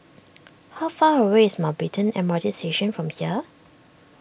how far away is Mountbatten M R T Station from here